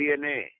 DNA